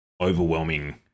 overwhelming